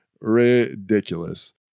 ridiculous